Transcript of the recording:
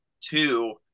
two